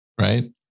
right